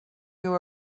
you